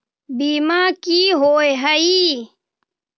बीमा की होअ हई?